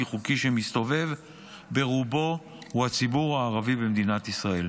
חוקי שמסתובב הוא ברובו הציבור הערבי במדינת ישראל.